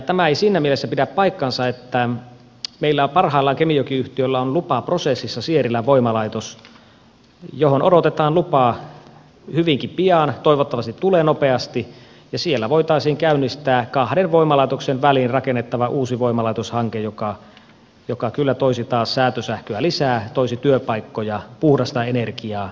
tämä ei siinä mielessä pidä paikkaansa että meillä parhaillaan kemijoki yhtiöllä on lupaprosessissa sierilän voimalaitos johon odotetaan lupaa hyvinkin pian toivottavasti tulee nopeasti ja siellä voitaisiin käynnistää kahden voimalaitoksen väliin rakennettava uusi voimalaitoshanke joka kyllä toisi taas säätösähköä lisää toisi työpaikkoja puhdasta energiaa